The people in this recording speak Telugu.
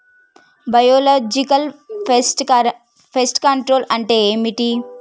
బయోలాజికల్ ఫెస్ట్ కంట్రోల్ అంటే ఏమిటి?